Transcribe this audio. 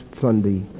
Sunday